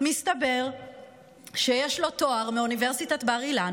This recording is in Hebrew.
מסתבר שיש לו תואר מאוניברסיטת בר-אילן,